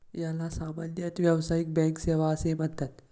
याला सामान्यतः व्यावसायिक बँक सेवा असेही म्हणतात